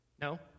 No